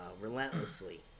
relentlessly